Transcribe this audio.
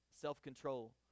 Self-control